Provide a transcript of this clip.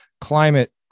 climate